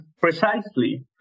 precisely